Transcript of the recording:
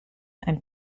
and